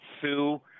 Sue